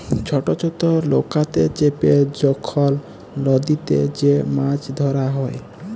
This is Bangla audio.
ছট ছট লকাতে চেপে যখল লদীতে যে মাছ ধ্যরা হ্যয়